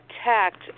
Attacked